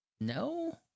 no